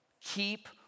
Keep